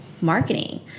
Marketing